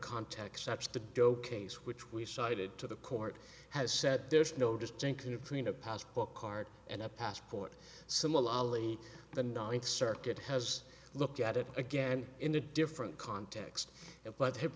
context such the doe case which we've cited to the court has said there's no distinction between a passport card and a passport similarly the ninth circuit has looked at it again in a different context it but